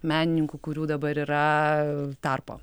menininkų kurių dabar yra tarpo